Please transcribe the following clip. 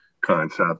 concept